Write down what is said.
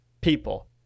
people